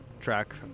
track